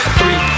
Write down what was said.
three